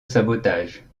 sabotage